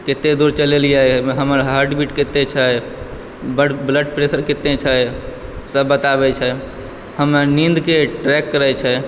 कते दूर चललिए एहिमे हमर हर्टबीट कते छै ब्लड प्रेसर कते छै सब बताबै छै हमे नींदके ट्रैक करै छै